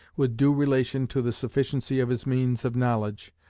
with due relation to the sufficiency of his means of knowledge,